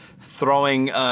throwing